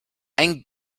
ein